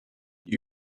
die